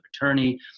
attorney